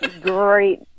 great